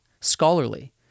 scholarly